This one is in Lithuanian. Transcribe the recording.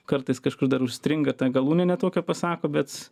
kartais kažkur dar užstringa tą galūnę ne tokią pasako bet